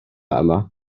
yma